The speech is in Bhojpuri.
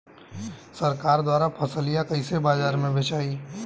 सरकार द्वारा फसलिया कईसे बाजार में बेचाई?